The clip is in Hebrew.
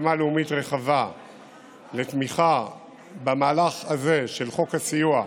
הסכמה לאומית רחבה לתמיכה במהלך הזה של חוק הסיוע,